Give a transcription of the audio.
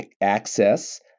access